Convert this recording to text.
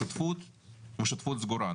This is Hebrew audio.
שותפות ושותפות סגורה,